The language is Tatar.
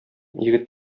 егет